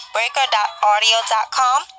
Breaker.audio.com